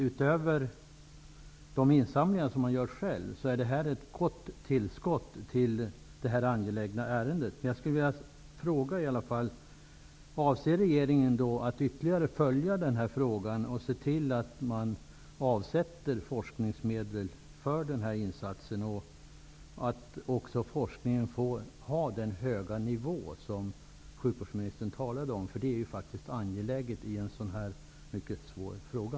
Utöver de insamlingar som görs är dessa pengar ett gott tillskott i detta angelägna ärende. Men jag skulle vilja fråga om regeringen avser att ytterligare följa det här ärendet och se till att forskningsmedel avsätts för insatser på området. Forskningen måste också bedrivas på den höga nivå som sjukvårdsministern talade om. Det är faktiskt angeläget i denna mycket svåra fråga.